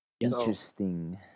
interesting